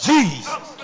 Jesus